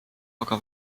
aga